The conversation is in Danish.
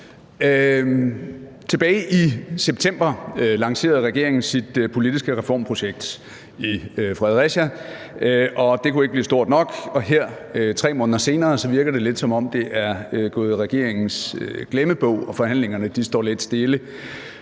Tilbage i september lancerede regeringen sit politiske reformprojekt – det var i Fredericia – og det kunne ikke blive stort nok. Her 3 måneder senere virker det lidt, som om det er gået i regeringens glemmebog og forhandlingerne står lidt stille,